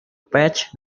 patch